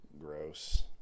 Gross